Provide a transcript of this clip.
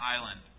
island